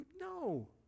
no